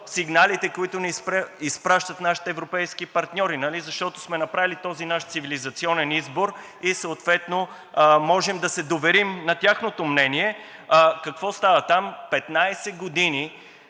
сигналите, които ни изпращат нашите европейски партньори, защото сме направили този наш цивилизационен избор и съответно можем да се доверим на тяхното мнение. Какво става там? Петнадесет